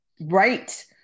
Right